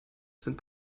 sind